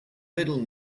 middle